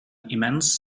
immense